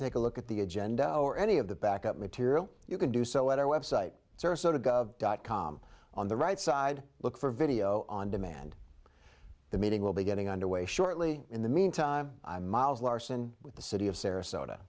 take a look at the agenda or any of the back up material you can do so at our website sarasota gov dot com on the right side look for video on demand the meeting will be getting underway shortly in the meantime miles larson with the city of sarasota